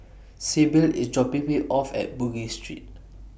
Sibyl IS dropping Me off At Bugis Street